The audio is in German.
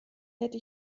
hätte